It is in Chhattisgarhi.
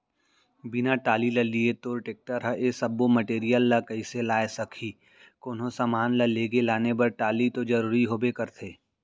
बिना टाली ल लिये तोर टेक्टर ह ए सब्बो मटेरियल ल कइसे लाय सकही, कोनो समान ल लेगे लाने बर टाली तो जरुरी होबे करथे